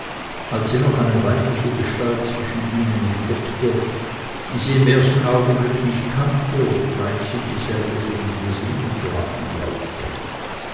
als sie noch eine weibliche gestalt zwischen ihnen entdeckte die sie im ersten augenblicke nicht kannte obgleich sie dieselbe schon gesehen zu haben glaubte